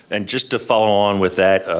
and just to follow on with that,